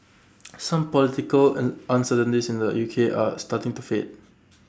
some political un uncertainties in the UK are starting to fade